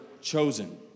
chosen